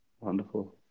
wonderful